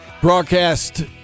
broadcast